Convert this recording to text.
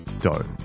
dough